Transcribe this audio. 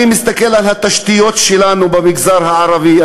אני מסתכל על התשתיות שלנו במגזר הערבי.